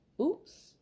oops